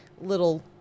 little